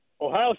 Ohio